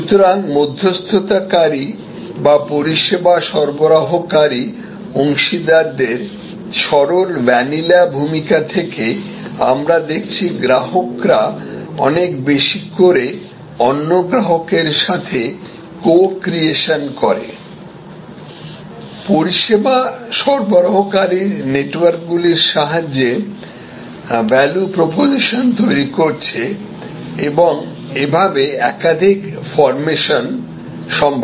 সুতরাং মধ্যস্থতাকারী বা পরিষেবা সরবরাহকারী অংশীদারদের সরল ভ্যানিলা ভূমিকা থেকে আমরা দেখছি গ্রাহকরা অনেক বেশি করে অন্য গ্রাহকের সাথে কো ক্রিয়েশন করে পরিষেবা সরবরাহকারীর নেটওয়ার্কগুলির সাহায্যে ভ্যালু প্রপজিসন তৈরি করছে এবং এভাবে একাধিক ফর্মেশন সম্ভব